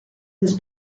his